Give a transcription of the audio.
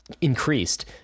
increased